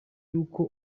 yuko